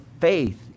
faith